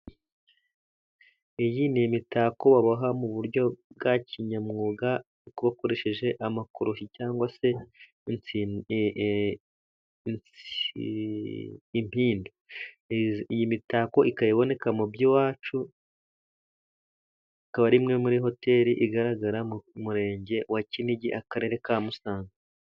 Iyi ni imitako baboha mu buryo bwa kinyamwuga bakoresheje amakoroshi cyangwa se in impindu. Iyi mitako ikaba iboneka mu by'iwacu, ikaba ari imwe muri hoteri igaragara mu murenge wa Kinigi, akarere ka Musanze.